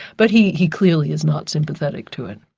but he he clearly is not sympathetic to it.